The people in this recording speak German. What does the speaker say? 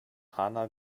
hanna